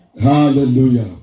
Hallelujah